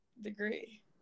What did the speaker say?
degree